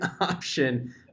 option